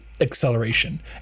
Acceleration